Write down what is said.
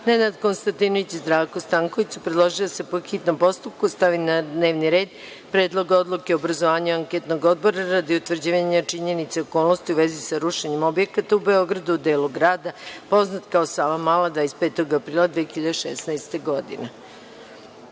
Nenad Konstantinović, Zdravko Stanković, su predložili da se po hitnom postupku stavi na dnevni red Predlog odluke o obrazovanju anketnog odbora radi utvrđivanja činjenica i okolnosti u vezi sa rušenjem objekata u Beogradu, u delu grada, poznat kao Savamala, 25. aprila 2016.